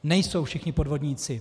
Nejsou všichni podvodníci.